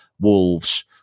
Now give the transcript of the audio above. Wolves